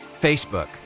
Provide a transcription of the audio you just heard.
Facebook